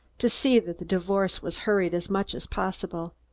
to see that the divorce was hurried as much as possible.